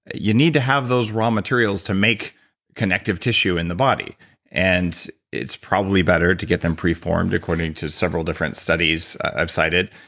you need to have those raw materials to make connective tissue in the body and it's probably better to get them preformed, according to several different studies i've cited,